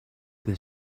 the